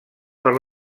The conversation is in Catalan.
per